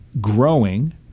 growing